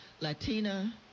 Latina